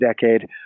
decade